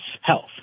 health